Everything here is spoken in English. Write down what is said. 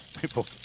People